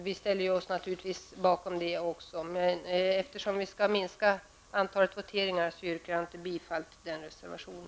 Vi ställer oss naturligtvis bakom även den reservationen, men eftersom vi skall minska antalet voteringar yrkar jag inte bifall till den.